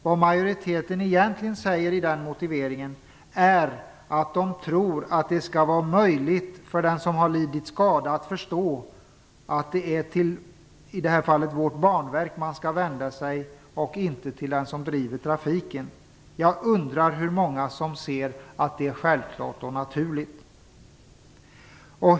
Vad majoriteten egentligen säger i sin motivering är att de tror att det skall vara möjligt för dem som har lidit skada att förstå att det är till Banverket som man i det här fallet skall vända sig och inte till den som driver trafiken. Jag undrar hur många det är som ser detta som självklart och naturligt.